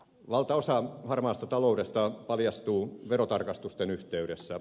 valtaosa harmaasta taloudesta paljastuu verotarkastusten yhteydessä